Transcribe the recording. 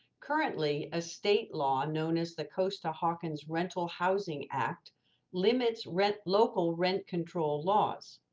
currently a state law known as the costa-hawkins rental housing act limits read local rent control laws.